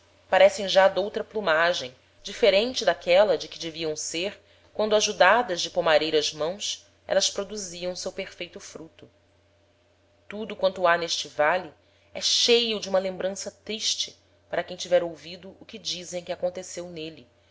parecem já d'outra plumagem diferente d'aquela de que deviam ser quando ajudadas de pomareiras mãos élas produziam seu perfeito fruto tudo quanto ha n'este vale é cheio de uma lembrança triste para quem tiver ouvido o que dizem que aconteceu n'êle